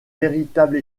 véritable